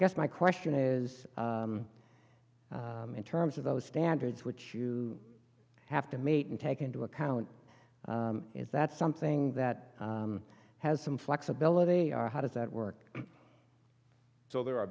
guess my question is in terms of those standards which you have to meet and take into account is that something that has some flexibility how does that work so there are